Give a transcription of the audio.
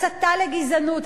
הסתה לגזענות,